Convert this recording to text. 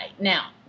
Now